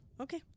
Okay